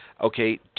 okay